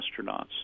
astronauts